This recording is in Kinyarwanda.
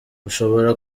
ushobora